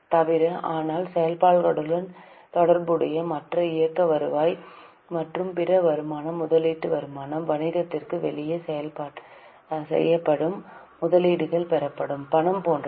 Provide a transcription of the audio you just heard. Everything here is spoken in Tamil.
தவிர ஆனால் செயல்பாடுகளுடன் தொடர்புடையது மற்ற இயக்க வருவாய் மற்றும் பிற வருமானம் முதலீட்டு வருமானம் வணிகத்திற்கு வெளியே செய்யப்படும் முதலீட்டில் பெறப்படும் பணம் போன்றவை